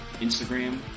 Instagram